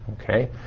Okay